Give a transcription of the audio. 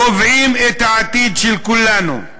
קובעים את העתיד של כולנו.